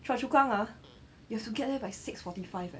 chua chu kang ah you have to get there by six forty five leh